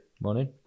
Morning